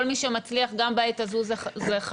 כל מי שמצליח גם בעת הזו זה חשוב,